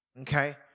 Okay